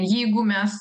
jeigu mes